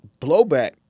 blowback